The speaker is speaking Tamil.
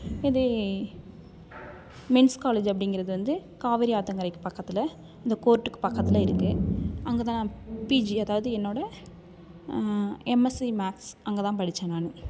இதே மென்ஸ் காலேஜ் அப்படிங்கிறது வந்து காவேரி ஆற்றங்கரைக்கு பக்கத்தில் அந்த கோர்ட்டுக்கு பக்கத்தில் இருக்குது அங்கே தான் நான் பிஜி அதாவது என்னோடய எம்எஸ்சி மேக்ஸ் அங்கே தான் படிச்சேன் நான்